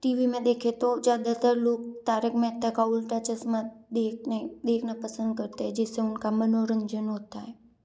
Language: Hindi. टी वी में देखे तो ज़्यादातर लोग तारक मेहता का उल्टा चश्मा देखने देखना पसंद करते है जिससे उनका मनोरंजन होता है